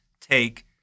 take